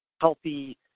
healthy